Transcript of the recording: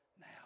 now